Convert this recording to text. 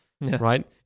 right